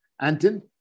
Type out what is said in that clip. Anton